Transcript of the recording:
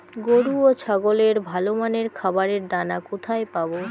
গরু ও ছাগলের ভালো মানের খাবারের দানা কোথায় পাবো?